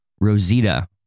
rosita